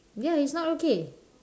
ya it's not okay